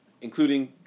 including